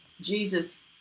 Jesus